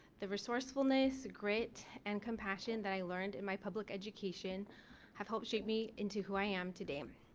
the resourcefulness grit and compassion that i learned in my public education have helped shape me into who i am today.